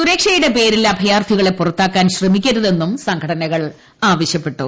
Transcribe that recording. സുരക്ഷയുടെ പേരിൽ അഭയാർത്ഥികളെ പുറത്താക്കാൻ ശ്രമിക്കരുതെന്നും ആവശ്യപ്പെട്ടു